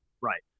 Right